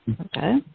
okay